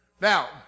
Now